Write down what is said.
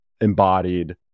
embodied